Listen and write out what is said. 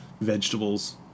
vegetables